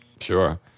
Sure